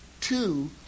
two